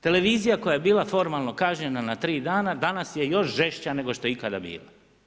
Televizija koja je bilo formalno kažnjena na 3 dana, danas je još žešća nego što je ikada bila.